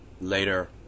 later